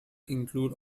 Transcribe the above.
include